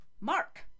Mark